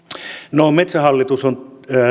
no metsähallitus on